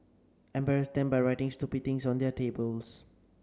embarrass them by writing stupid things on their tables